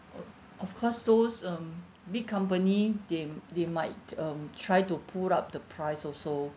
um of course those um big company they they might um try to pull up the price also